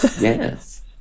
yes